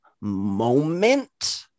moment